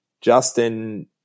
Justin